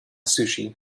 sushi